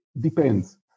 Depends